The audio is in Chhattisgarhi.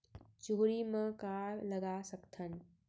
चुहरी म का लगा सकथन?